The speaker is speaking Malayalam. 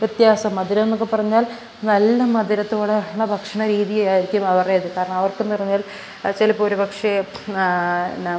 വ്യത്യാസം മധുരമെന്നൊക്കെ പറഞ്ഞാൽ നല്ല മധുരത്തോടെ ഉള്ള ഭക്ഷണ രീതിയായിരിക്കും അവരുടേത് കാരണം അവർക്ക് എന്ന് പറഞ്ഞാൽ ചിലപ്പം ഒരു പക്ഷേ